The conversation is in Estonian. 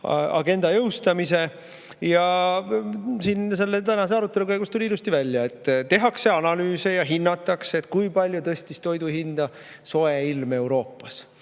agenda jõustamise. Ja selle tänase arutelu käigus tuli ilusti välja, et tehakse analüüse ja hinnatakse, kui palju tõstis toidu hinda soe ilm Euroopas.